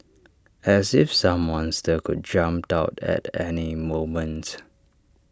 as if some monster could jumps out at any moments